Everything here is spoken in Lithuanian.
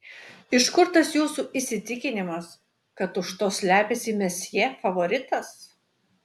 iš kur tas jūsų įsitikinimas kad už to slepiasi mesjė favoritas